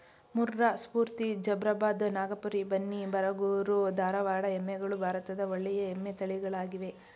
ಮುರ್ರಾ, ಸ್ಪೂರ್ತಿ, ಜಫ್ರಾಬಾದ್, ನಾಗಪುರಿ, ಬನ್ನಿ, ಬರಗೂರು, ಧಾರವಾಡ ಎಮ್ಮೆಗಳು ಭಾರತದ ಒಳ್ಳೆಯ ಎಮ್ಮೆ ತಳಿಗಳಾಗಿವೆ